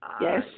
Yes